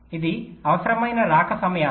ఇవి అవసరమైన రాక సమయాలు